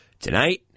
tonight